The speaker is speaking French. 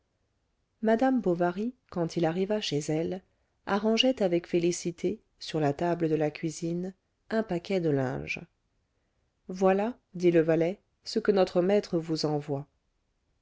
madame bovary quand il arriva chez elle arrangeait avec félicité sur la table de la cuisine un paquet de linge voilà dit le valet ce que notre maître vous envoie